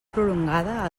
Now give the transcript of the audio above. prolongada